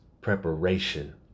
preparation